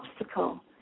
obstacle